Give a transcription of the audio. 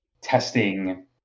testing